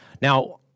Now